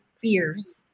fears